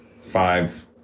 five